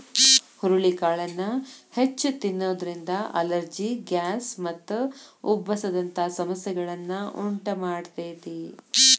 ಹುರಳಿಕಾಳನ್ನ ಹೆಚ್ಚ್ ತಿನ್ನೋದ್ರಿಂದ allergy, gas ಮತ್ತು ಉಬ್ಬಸ ದಂತ ಸಮಸ್ಯೆಗಳನ್ನ ಉಂಟಮಾಡ್ತೇತಿ